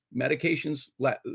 medications